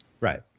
Right